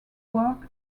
work